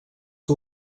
que